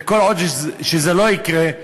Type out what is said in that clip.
וכל עוד זה לא יקרה,